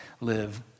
live